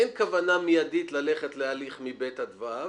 אין כוונה מידית ללכת להליך מ-(ב) עד (ו).